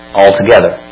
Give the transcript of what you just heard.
altogether